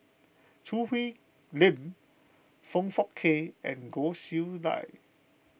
Choo Hwee Lim Foong Fook Kay and Goh Chiew Lye